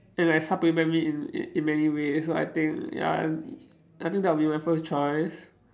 and like supplement me in in many ways so I think ya I think that will be my first choice